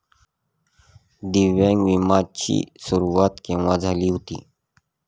दिव्यांग विम्या ची सुरुवात केव्हा झाली होती?